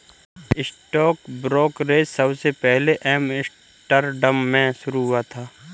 stock brokerage सबसे पहले Amsterdam में शुरू हुआ था